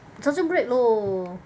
早就 break loh